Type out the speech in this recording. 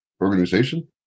Organization